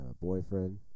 boyfriend